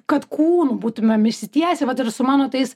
kad kūnu būtumėm išsitiesę vat ir su mano tais